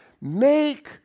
make